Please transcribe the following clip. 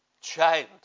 child